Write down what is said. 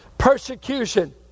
Persecution